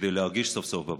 כדי להרגיש סוף-סוף בבית.